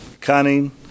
Cunning